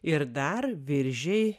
ir dar viržiai